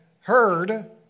heard